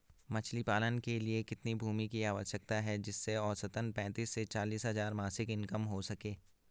मछली पालन के लिए कितनी भूमि की आवश्यकता है जिससे औसतन पैंतीस से चालीस हज़ार मासिक इनकम हो सके?